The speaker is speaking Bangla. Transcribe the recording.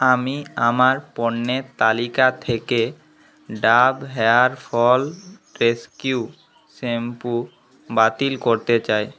আমি আমার পণ্যের তালিকা থেকে Dove hair fall rescue shampoo বাতিল করতে চাই